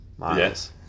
Yes